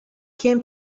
came